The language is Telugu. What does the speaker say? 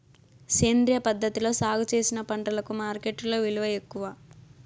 సేంద్రియ పద్ధతిలో సాగు చేసిన పంటలకు మార్కెట్టులో విలువ ఎక్కువ